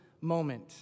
moment